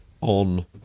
on